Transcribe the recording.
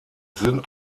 sind